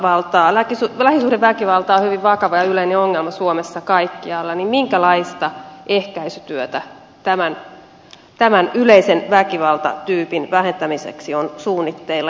kun lähisuhdeväkivalta on hyvin vakava ja yleinen ongelma suomessa kaikkialla niin minkälaista ehkäisytyötä tämän yleisen väkivaltatyypin vähentämiseksi on suunnitteilla